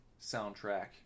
soundtrack